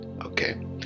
Okay